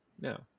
no